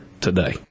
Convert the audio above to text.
today